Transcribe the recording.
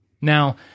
Now